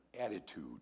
attitude